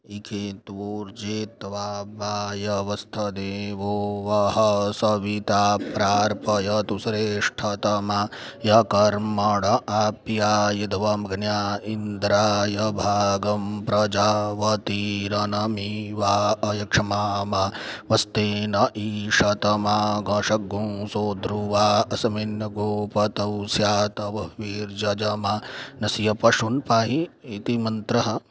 इषे त्वोर्जेत्वा वायवस्थो देवो वः सविता प्रार्पयतु श्रेष्ठतमाय कर्मण आप्यायध्वं ग्या इन्द्राय भागं प्रजावतीरनमीवा अयक्ष्मा मा वस्तेन ईषत मागषग्ं सो द्रुवा अस्मिन् गोपतौ स्यात बह्वीर्यजमानस्य पशून् पाहि इति मन्त्रः